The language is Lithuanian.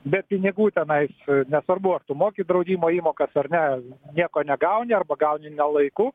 be pinigų tenais nesvarbu ar tu moki draudimo įmokas ar ne nieko negauni arba gauni ne laiku